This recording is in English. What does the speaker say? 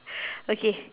okay